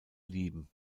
lieben